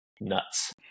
nuts